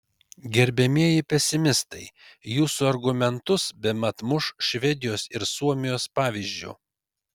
gerbiamieji pesimistai jūsų argumentus bemat muš švedijos ir suomijos pavyzdžiu